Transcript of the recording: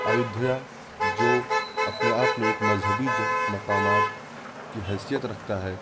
ایودھیا جو اپںے آپ میں ایک مذہبی مقامات کی حیثیت رکھتا ہے